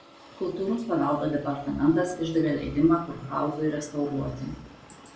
kultūros paveldo departamentas išdavė leidimą kurhauzui restauruoti